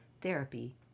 therapy